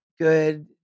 good